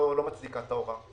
לא מצדיקה את ההוראה.